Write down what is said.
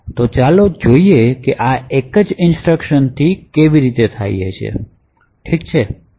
તો ચાલો જોઈએ કે આ એક જ ઇન્સટ્રક્શનથી કેવી રીતે થાય છે તે જોઇયે ઠીક છે